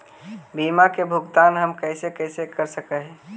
बीमा के भुगतान हम कैसे कैसे कर सक हिय?